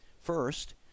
First